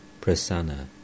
Prasanna